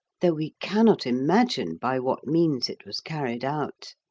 though we cannot imagine by what means it was carried out.